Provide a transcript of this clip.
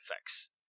effects